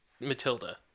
Matilda